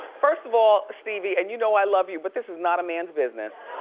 first of all, stevie, and you know i love you, but this is not a man's business.